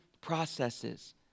processes